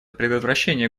предотвращение